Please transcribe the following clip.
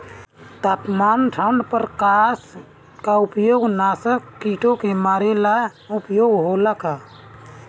तापमान ठण्ड प्रकास का उपयोग नाशक कीटो के मारे ला उपयोग होला का?